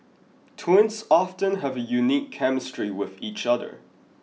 twins often have a unique chemistry with each other